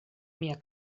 mia